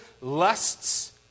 lusts